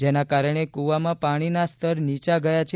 જેના કારણે કુવામાં પાણીના સ્તર નીચા ગયા છે